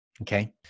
Okay